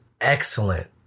excellent